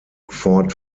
fort